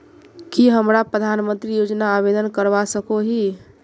की हमरा प्रधानमंत्री योजना आवेदन करवा सकोही?